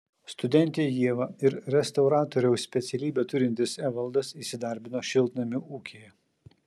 studentė ieva ir restauratoriaus specialybę turintis evaldas įsidarbino šiltnamių ūkyje